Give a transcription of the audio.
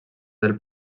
del